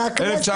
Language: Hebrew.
ביטון,